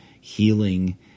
healing